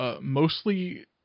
mostly